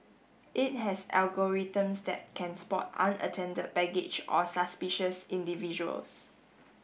it has algorithms that can spot unattended baggage or suspicious individuals